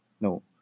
No